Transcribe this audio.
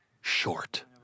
short